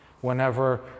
whenever